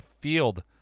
field